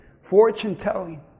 fortune-telling